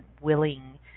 willing